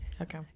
Okay